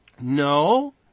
No